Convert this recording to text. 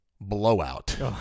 blowout